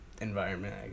environment